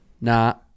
Nah